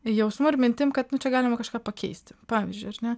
jausmu ar mintim kad nu čia galima kažką pakeisti pavyzdžiui ar ne